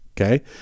okay